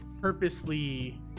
purposely